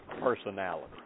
personality